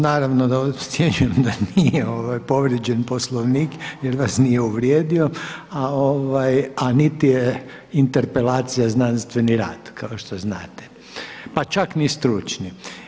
Naravno da ocjenjujem da nije povrijeđen Poslovnik jer vas nije uvrijedio, a niti je interpelacija znanstveni rad, kao što znate pa čak ni stručni.